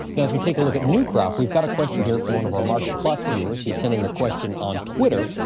now, as we take a look at new crop, we've got a question here from one of our market plus viewers. he sent in the question on twitter.